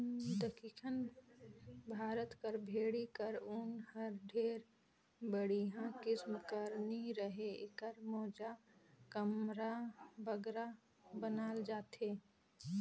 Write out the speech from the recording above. दक्खिन भारत कर भेंड़ी कर ऊन हर ढेर बड़िहा किसिम कर नी रहें एकर मोजा, कमरा बगरा बनाल जाथे